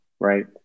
Right